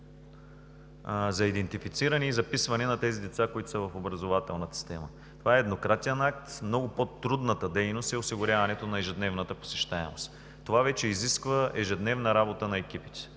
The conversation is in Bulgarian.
за идентифициране и записване на тези деца, които са в образователната система. Това е еднократен акт. Много по-трудната дейност е осигуряването на ежедневната посещаемост. Това вече изисква ежедневна работа на екипите.